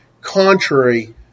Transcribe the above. contrary